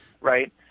right